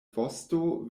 vosto